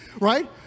right